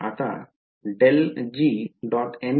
आता ∇g काय आहे